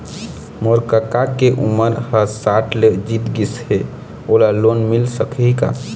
मोर कका के उमर ह साठ ले जीत गिस हे, ओला लोन मिल सकही का?